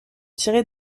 tirée